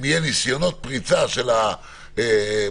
אם יהיו ניסיונות פריצה של המערכת,